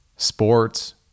Sports